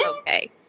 okay